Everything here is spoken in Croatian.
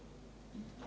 Hvala.